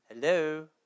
Hello